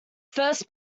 first